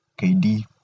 kd